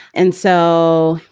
and so.